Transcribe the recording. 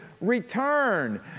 return